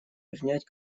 принять